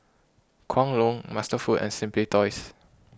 Kwan Loong MasterFoods and Simply Toys